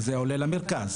זה עולה למרכז.